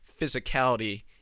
physicality